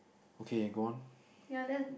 okay go on